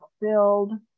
fulfilled